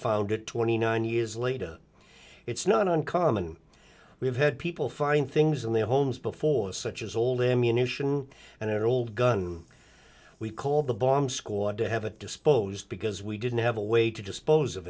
found it twenty nine years later it's not uncommon we have had people find things in their homes before such as old ammunition and old gun we call the bomb squad to have it disposed because we didn't have a way to dispose of